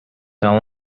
all